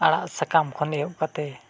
ᱟᱲᱟᱜ ᱥᱟᱠᱟᱢ ᱠᱷᱚᱱ ᱮᱦᱚᱵ ᱠᱟᱛᱮ